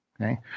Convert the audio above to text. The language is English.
Okay